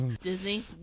Disney